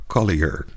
Collier